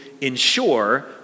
ensure